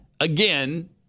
again